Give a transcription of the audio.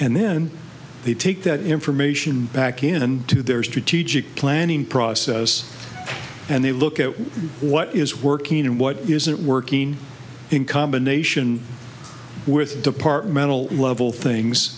and then they take that information back in and do their strategic planning process and they look at what is working and what isn't working in combination with departmental level things